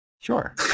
Sure